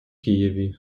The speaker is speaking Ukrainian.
києві